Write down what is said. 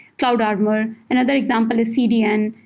cloudarmor. another example is cdn.